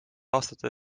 aastate